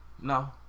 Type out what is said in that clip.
no